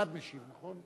אחד משיב, נכון?